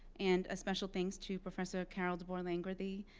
and a special thanks to professor carol deboer-langworthy,